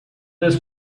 this